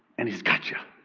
and he's got you.